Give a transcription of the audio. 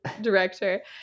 director